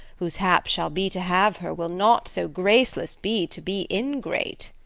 whose hap shall be to have her will not so graceless be to be ingrate.